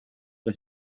que